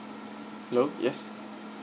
hello yes